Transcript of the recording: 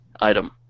item